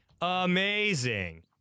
amazing